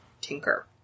Tinker